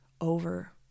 over